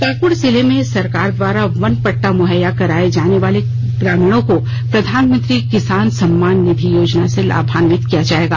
पाकुड़ जिले में सरकार द्वारा वन पट्टा मुहैया कराये जाने वाले ग्रामीणों को प्रधानमंत्री किसान सम्मान निधि योजना से लाभान्वित किया जाएगा